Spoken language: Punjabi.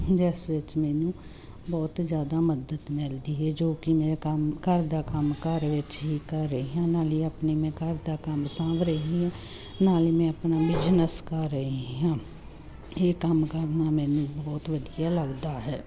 ਜਿਸ ਵਿੱਚ ਮੈਨੂੰ ਬਹੁਤ ਜ਼ਿਆਦਾ ਮਦਦ ਮਿਲਦੀ ਹੈ ਜੋ ਕਿ ਮੇਰਾ ਕੰਮ ਘਰ ਦਾ ਕੰਮ ਘਰ ਵਿੱਚ ਹੀ ਕਰ ਰਹੀ ਹਾਂ ਉਹਨਾਂ ਲਈ ਆਪਣੇ ਮੈਂ ਘਰ ਦਾ ਕੰਮ ਸਾਂਭ ਰਹੀ ਹਾਂ ਨਾਲੇ ਮੈਂ ਆਪਣਾ ਬਿਜ਼ਨਸ ਕਰ ਰਹੀ ਹਾਂ ਇਹ ਕੰਮ ਕਰਨਾ ਮੈਨੂੰ ਬਹੁਤ ਵਧੀਆ ਲੱਗਦਾ ਹੈ